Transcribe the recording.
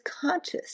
conscious